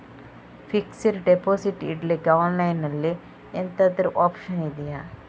Fixed deposit ಇಡ್ಲಿಕ್ಕೆ online ಅಲ್ಲಿ ಎಂತಾದ್ರೂ ಒಪ್ಶನ್ ಇದ್ಯಾ?